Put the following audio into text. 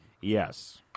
Yes